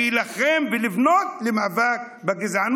להילחם ולבנות מאבק בגזענות,